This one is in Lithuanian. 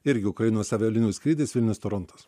irgi ukrainos avialinijų skrydis vilnius torontas